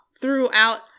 throughout